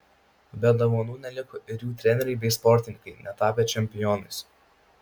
be dovanų neliko ir jų treneriai bei sportininkai netapę čempionais